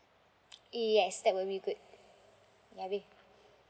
yes that would be good ya it'll be